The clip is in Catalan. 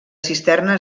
cisterna